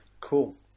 cool